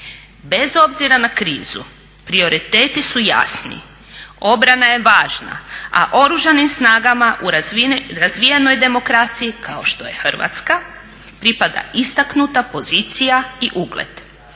Bez obzira na krizu prioriteti su jasni, obrana je važna, a Oružanim snagama u razvijenoj demokraciji kao što je Hrvatska pripada istaknuta pozicija i ugled.